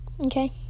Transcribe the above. Okay